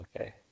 okay